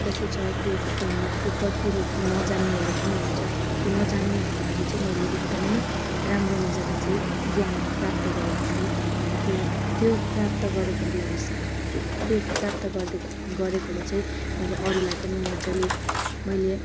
कसो छ त्यो फोन कतिले त नजान्नेहरू पनि हुन्छ त्यो नजान्नेहरूको लागि चाहिँ मैले एकदमै राम्रो मजाले चाहिँ ज्ञानहरू प्राप्त गरेको छु अन्त त्यो त्यो प्राप्त गरेकोले होस् ए त्यो प्राप्त गरिदिएको गरेकोले चाहिँ मैले अरूलाई पनि मजाले मैले